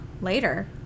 Later